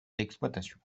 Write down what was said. d’exploitation